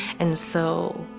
and so